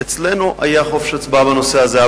אצלנו היה חופש הצבעה בנושא הזה.